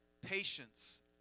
patience